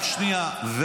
רק שנייה.